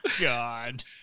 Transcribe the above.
God